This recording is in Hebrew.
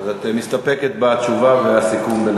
אז את מסתפקת בתשובה ובסיכום ביניכם.